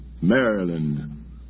Maryland